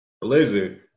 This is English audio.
Blizzard